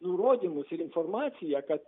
nurodymus ir informaciją kad